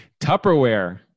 Tupperware